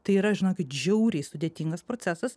tai yra žinokit žiauriai sudėtingas procesas